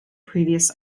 previous